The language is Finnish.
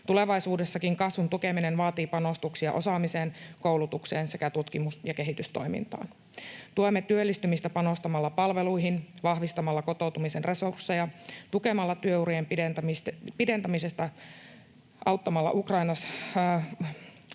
Tulevaisuudessakin kasvun tukeminen vaatii panostuksia osaamiseen, koulutukseen sekä tutkimus‑ ja kehitystoimintaan. Tuemme työllistymistä panostamalla palveluihin, vahvistamalla kotoutumisen resursseja, tukemalla työurien pidentämistä, auttamalla Ukrainasta